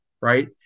right